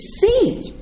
see